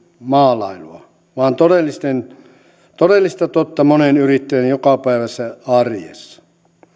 maalailua vaan todellista totta monen yrittäjän jokapäiväisessä arjessa